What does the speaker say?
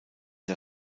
der